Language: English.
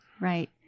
right